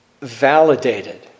Validated